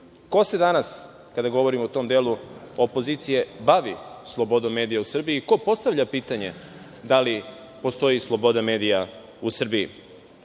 ko se danas, kada govorimo o tom delu opozicije, bavi slobodom medija u Srbiji, ko postavlja pitanje da li postoji sloboda medija u Srbiji?